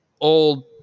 old